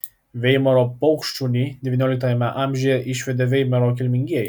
veimaro paukštšunį devynioliktajame amžiuje išvedė veimaro kilmingieji